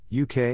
UK